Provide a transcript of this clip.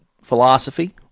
philosophy